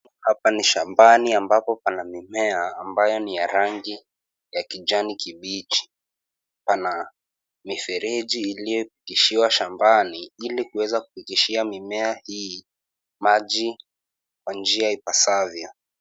Hapa ni shambani ambapo pana mimea ambayo ni ya rangi ya kijani kibichi, pana mifereji iliyopishiwa shambani ili kuweza kupitishia mimea hii maji kwa njia ipasavyo.